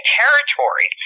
territory